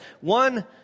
One